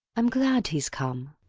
i'm glad he's come.